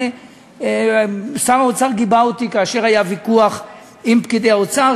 גם שר האוצר גיבה אותי כאשר היה ויכוח עם פקידי האוצר,